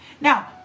Now